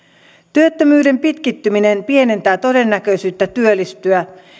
työttömyyden pitkittyminen pienentää todennäköisyyttä työllistyä